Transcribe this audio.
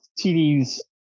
TD's